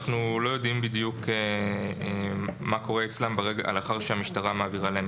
אנחנו לא יודעים בדיוק מה קורה אצלם לאחר שהמשטרה מעבירה להם